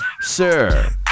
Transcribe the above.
Sir